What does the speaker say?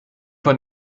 von